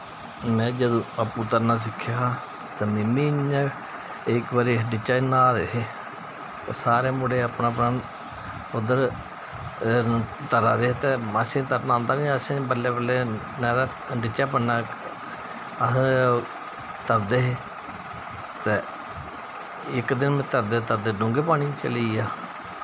में जदूं अप्पू तरना सिक्खेआ हा ते में बी इ'यां इक बारी अस न्हा दे हे ते सारे मुड़े अपना अपना उद्धरा तरा दे हे ते असेंगी तरना आंदे नेईं हा असें बल्लें बल्लैं नैहरा खड्ड च बड़ना अस तरदे हे ते इक दिन तरदे तरदे डूंह्गे पानी च चली गेआ